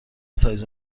سایز